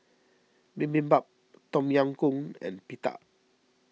Bibimbap Tom Yam Goong and Pita